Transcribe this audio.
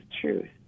truth